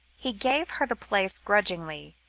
he gave her the place grudgingly